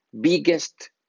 biggest